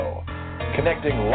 connecting